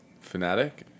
fanatic